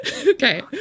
okay